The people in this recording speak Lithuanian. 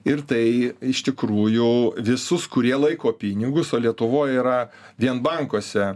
ir tai iš tikrųjų visus kurie laiko pinigus o lietuvoj yra vien bankuose